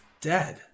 dead